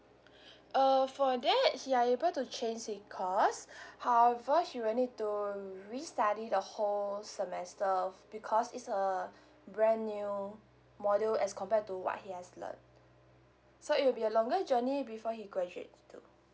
uh for that he are able to change his course however he will need to restudy the whole semester f~ because it's a brand new module as compared to what he has learned so it'll be a longer journey before he graduates too